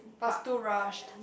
but it's too rushed